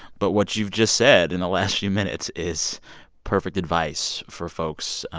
but what you've just said, in the last few minutes is perfect advice for folks,